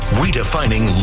redefining